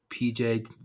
PJ